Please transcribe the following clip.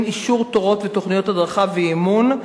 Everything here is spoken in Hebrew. אישור תורות ותוכניות הדרכה ואימון,